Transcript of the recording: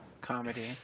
comedy